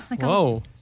Whoa